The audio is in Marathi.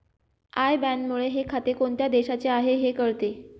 आय बॅनमुळे हे खाते कोणत्या देशाचे आहे हे कळते